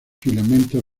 filamentos